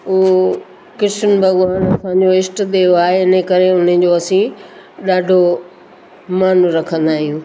उहे कृष्न भॻवान असांजो ईष्ट देव आहे इनकरे उन्हनि जो असीं ॾाढो मानु रखंदा आहियूं